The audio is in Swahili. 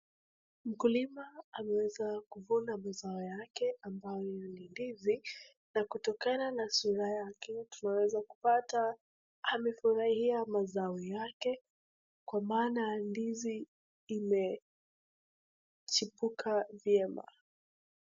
Mkulima ameweza kuvuna mazao yake ambayo ni ndizi na kutokana na sura yake tunaweza kupata amefurahia mazao yake kwa maana ndizi imechipuka vyema.